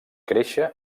créixer